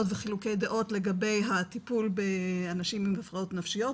וחילוקי דעות לגבי הטיפול באנשים עם הפרעות נפשיות,